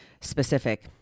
specific